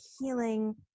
healing